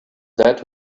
that